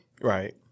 Right